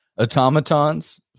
automatons